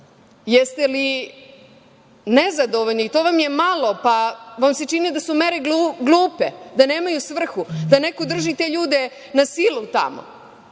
jeste li nezadovoljni? To vam je malo, pa vam se čini da su mere glupe, da nemaju svrhu, da držite ljude na silu tamo?